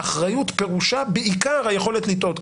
אחריות פירושן בעיקר היכולת לטעות,